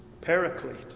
Paraclete